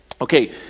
Okay